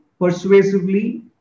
persuasively